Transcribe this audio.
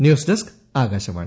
news desk Akashvani